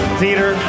Theater